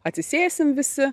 atsisėsim visi